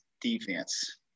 defense